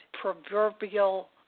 proverbial